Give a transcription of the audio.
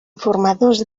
formadors